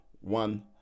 one